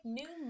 new